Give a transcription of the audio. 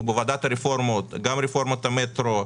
בוועדות הרפורמות גם רפורמת המטרו,